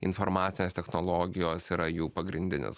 informacinės technologijos yra jų pagrindinis